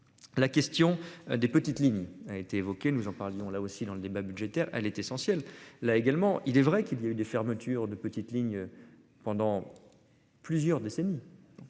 La question des petites lignes a été évoquée. Nous en parlions là aussi dans le débat budgétaire, elle est essentielle là également. Il est vrai qu'il y a eu des fermetures de petites lignes. Pendant.-- Plusieurs décennies.